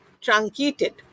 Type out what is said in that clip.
truncated